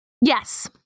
Yes